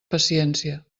paciència